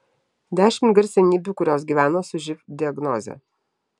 dešimt garsenybių kurios gyvena su živ diagnoze